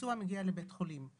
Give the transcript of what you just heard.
פצוע מגיע לבית חולים,